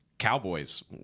Cowboys